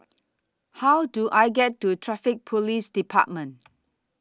How Do I get to Traffic Police department